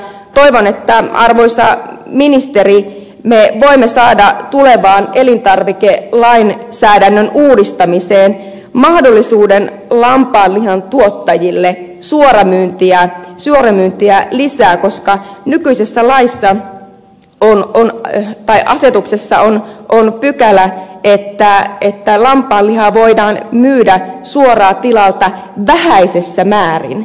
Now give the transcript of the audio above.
toivon arvoisa ministeri että me voimme saada tulevaan elintarvikelainsäädännön uudistamiseen mahdollisuuden lampaanlihan tuottajille lisätä suoramyyntiä koska nykyisessä asetuksessa on pykälä että lampaanlihaa voidaan myydä suoraan tilalta vähäisessä määrin